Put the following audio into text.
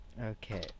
Okay